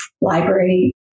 library